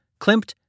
Klimt